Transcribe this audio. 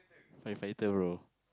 firefighter bro